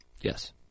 Yes